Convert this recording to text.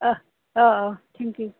অঁ অঁ অঁ থেংক ইউ